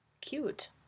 cute